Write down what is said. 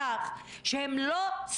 מיקי זוהר הצהיר בוועדה, בוועדה --- שמעו אותו.